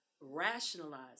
rationalize